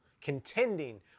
contending